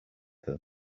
them